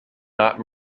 not